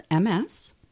MS